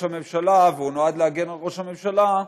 הממשלה והוא נועד להגן על ראש הממשלה,